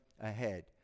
ahead